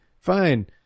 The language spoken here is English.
fine